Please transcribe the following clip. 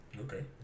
Okay